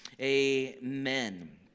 Amen